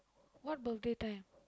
what birthday time